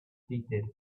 seated